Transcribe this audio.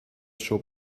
schob